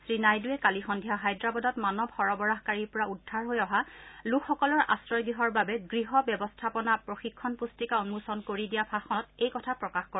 শ্ৰীনাইডুয়ে কালি সন্ধিয়া হায়দৰাবাদত মানৱ সৰবৰাহকাৰীৰ পৰা উদ্ধাৰ হৈ অহা লোকসকলৰ আশ্ৰয় গৃহৰ বাবে গৃহ ব্যৱস্থাপনা প্ৰশিক্ষণ পুস্তিকা উন্মোচন কৰি দিয়া ভাষণত এই কথা প্ৰকাশ কৰে